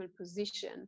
position